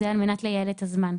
זה על מנת לייעל את הזמן.